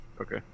Okay